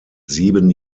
sieben